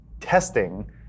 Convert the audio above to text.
testing